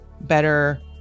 better